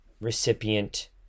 recipient